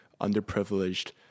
underprivileged